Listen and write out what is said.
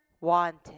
Wanted